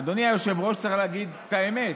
אדוני היושב-ראש, צריך להגיד את האמת.